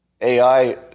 AI